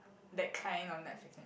that kind of netflix and